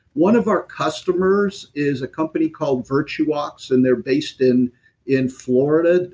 one of our customers is a company called virtuox and they're based in in florida,